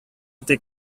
тик